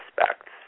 aspects